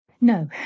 No